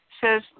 says